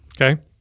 Okay